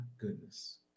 goodness